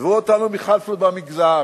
עזבו אותנו מחפלות במגזר.